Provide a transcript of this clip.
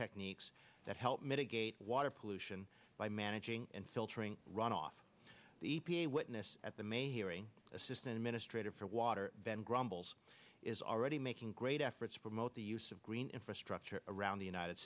techniques that help mitigate water pollution by managing and filtering runoff the e p a witness at the may hearing assistant administrator for water ben grumbles is already making great efforts to promote the use of green infrastructure around the united